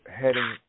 heading